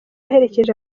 aherekeje